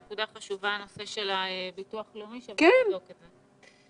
נושא הביטוח הלאומי הוא חשובה, נבדוק את זה.